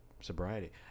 sobriety